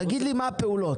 תגיד לי מה הפעולות.